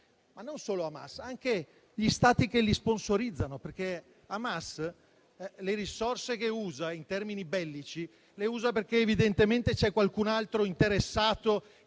E non solo Hamas, ma anche gli Stati che lo sponsorizzano, perché Hamas le risorse che usa in termini bellici le usa perché evidentemente c'è qualcun altro interessato,